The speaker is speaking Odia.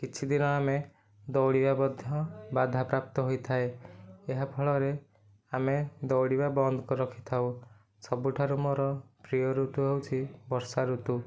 କିଛି ଦିନ ଆମେ ଦୌଡ଼ିବା ମଧ୍ୟ ବାଧାପ୍ରାପ୍ତ ହୋଇଥାଏ ଏହା ଫଳରେ ଆମେ ଦୌଡ଼ିବା ବନ୍ଦ ରଖିଥାଉ ସବୁଠାରୁ ମୋର ପ୍ରିୟ ଋତୁ ହେଉଛି ବର୍ଷା ଋତୁ